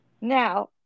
Now